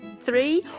three,